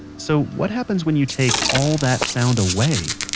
so what happens when you take all that sound away?